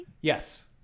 yes